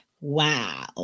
Wow